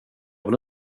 vill